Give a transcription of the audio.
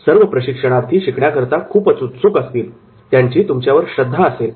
सर्व प्रशिक्षणार्थी शिकण्याकरता खूपच उत्सुक असतील त्यांची तुमच्यावर श्रद्धा असेल